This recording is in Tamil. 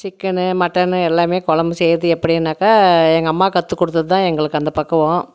சிக்கனு மட்டனு எல்லாம் குழம்பு செய்யுறது எப்படினாக்கா எங்கள் அம்மா கற்று கொடுத்ததுதான் எங்களுக்கு அந்த பக்குவம்